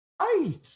Right